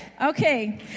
Okay